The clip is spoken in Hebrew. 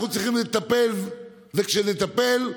אנחנו צריכים לטפל, כשנטפל,